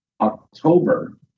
October